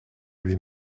lui